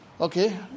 okay